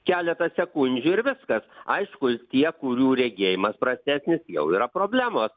keleta sekundžių ir viskas aišku tie kurių regėjimas prastesnis jau yra problemos